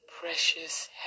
Precious